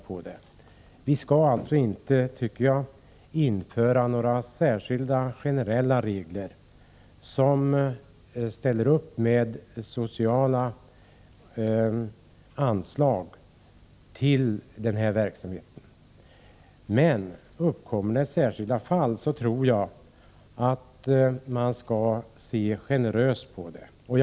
Jag tycker således inte att det skall införas några generella regler om sociala bidrag till verksamhet av detta slag. Men jag tycker också att man skall vara generös i det enskilda fallet.